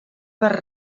per